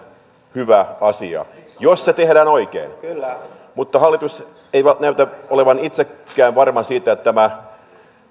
hyvä asia jos se tehdään oikein mutta hallitus ei näytä olevan itsekään varma siitä että